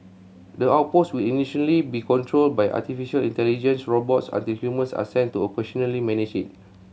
the outpost will initially be controlled by artificial intelligence robots until humans are sent to occasionally manage it